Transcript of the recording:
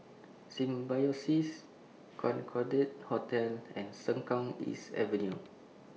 Symbiosis Concorde Hotel and Sengkang East Avenue